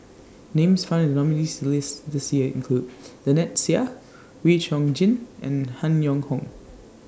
Names found in The nominees' list This Year include Lynnette Seah Wee Chong Jin and Han Yong Hong